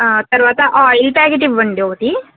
తర్వాత oil packet ఇవ్వండి ఒకటి